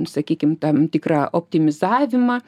sakykim tam tikrą optimizavimą